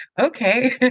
okay